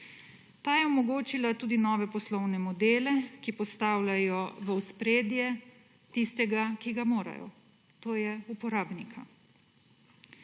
Ta je omogočila tudi nove poslovne modele, ki postavljajo v ospredje tistega, ki ga morajo, to je uporabnika.